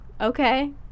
Okay